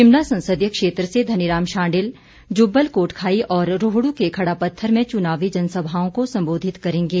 शिमला संसदीय क्षेत्र से धनीराम शांडिल जुब्बल कोटखाई और रोहडू के खड़ापत्थर में चुनावी जनसभाओं को संबोधित करेंगे